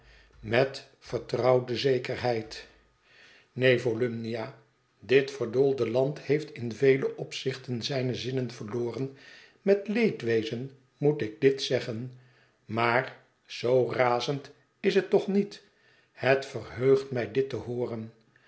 met vertrouwende zekerheid neen volumnia dit verdoolde land heeft in vele opzichten zijne zinnen verloren met leedwezen moet ik dit zeggen maar zoo razend is het toch niet het verheugt mij dit te hooren